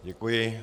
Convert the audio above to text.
Děkuji.